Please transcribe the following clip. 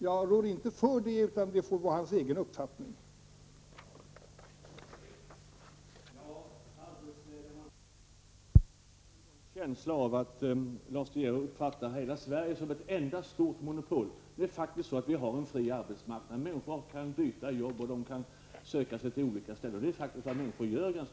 Jag rår inte för det; det är i så fall en uppfattning som han får stå för.